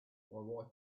wife